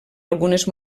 algunes